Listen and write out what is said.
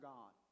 God